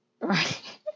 Right